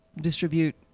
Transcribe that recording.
distribute